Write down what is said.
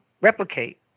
replicate